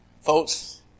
Folks